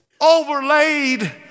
overlaid